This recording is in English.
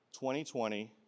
2020